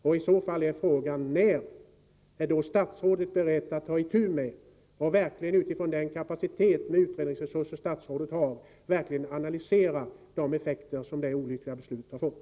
Är statsrådet i så fall beredd att med hjälp av den kapacitet i fråga om utredningsresurser som statsrådet har till sitt förfogande verkligen analysera de effekter som detta olyckliga beslut har fått?